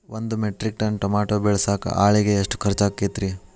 ಒಂದು metric ton tomato ಬೆಳಸಾಕ್ ಆಳಿಗೆ ಎಷ್ಟು ಖರ್ಚ್ ಆಕ್ಕೇತ್ರಿ?